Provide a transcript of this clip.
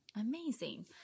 Amazing